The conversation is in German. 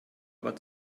aber